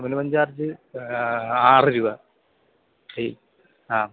minimum charge ആറ് രൂപ ഈ ആ